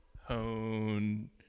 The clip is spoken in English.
hone